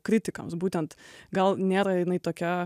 kritikams būtent gal nėra jinai tokia